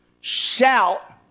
shout